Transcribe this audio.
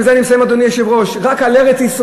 בזה אני מסיים, אדוני היושב-ראש, רק על ארץ-ישראל?